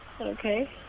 Okay